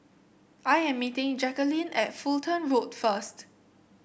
I am meeting Jackeline at Fulton Road first